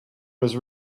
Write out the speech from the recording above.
was